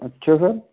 अच्छा सर